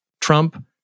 Trump